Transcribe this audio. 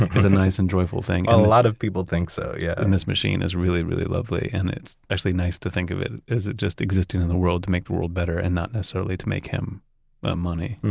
a nice and joyful thing a lot of people think so, yeah and this machine is really, really lovely, and it's actually nice to think of it as it just existing in the world to make the world better, and not necessarily to make him money